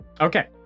Okay